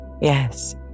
yes